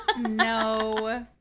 No